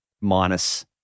minus